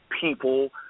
people